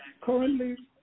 Currently